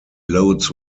loads